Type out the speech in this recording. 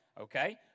Okay